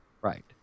Right